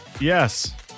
Yes